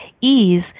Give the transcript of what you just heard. ease